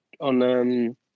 on